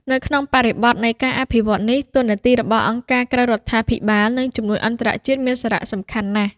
នៅក្នុងបរិបទនៃការអភិវឌ្ឍនេះ តួនាទីរបស់អង្គការក្រៅរដ្ឋាភិបាល និងជំនួយអន្តរជាតិមានសារៈសំខាន់ណាស់។